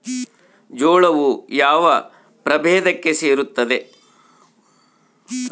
ಜೋಳವು ಯಾವ ಪ್ರಭೇದಕ್ಕೆ ಸೇರುತ್ತದೆ?